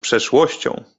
przeszłością